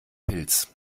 pils